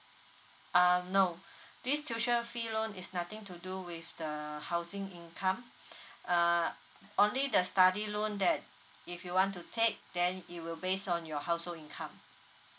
um no this tuition fee loan is nothing to do with the housing income uh only the study loan that if you want to take then it will based on your household income